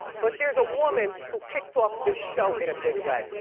but there's a woman who kicked off this show in a big way.